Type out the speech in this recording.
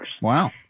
Wow